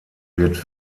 wird